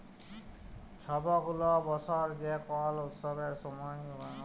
ছব গুলা বসর যে কল উৎসবের সময় ব্যাংকার্সরা বলাস পায়